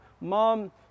mom